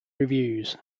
reviews